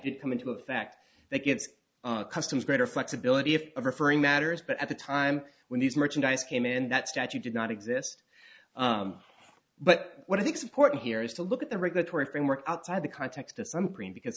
to come into effect that gives customers greater flexibility if referring matters but at the time when these merchandise came in that statute did not exist but what i think's important here is to look at the regulatory framework outside the context of some green because